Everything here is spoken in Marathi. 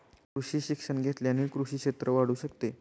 कृषी शिक्षण घेतल्याने कृषी क्षेत्र वाढू शकते